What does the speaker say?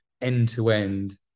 end-to-end